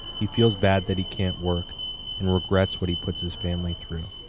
he feels bad that he can't work and regrets what he puts his family through.